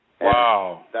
Wow